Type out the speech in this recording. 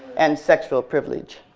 and sexual privilege.